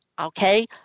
Okay